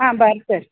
आं बरें तर